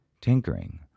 Tinkering